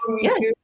yes